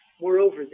Moreover